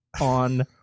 on